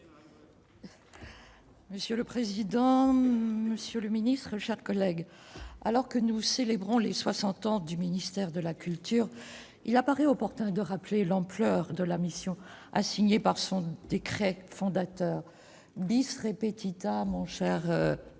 Monsieur le président, monsieur le ministre, mes chers collègues, alors que nous célébrons les soixante ans du ministère de la culture, il paraît opportun de rappeler l'ampleur de la mission assignée par son décret fondateur :« rendre accessibles